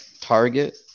target